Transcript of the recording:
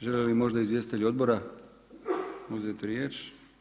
Žele li možda izvjestitelji odbora uzeti riječ?